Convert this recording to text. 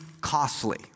costly